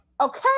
okay